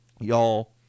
Y'all